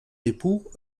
époux